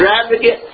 extravagant